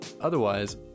Otherwise